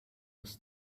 was